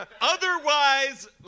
Otherwise